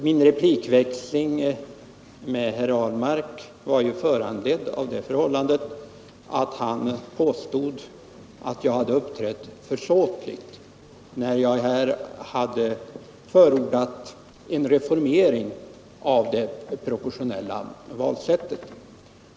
Min replikväxling med herr Ahlmark var föranledd av det förhållandet att herr Ahlmark påstod att jag uppträtt försåtligt, när jag förordade en reformering av det proportionella valsättet.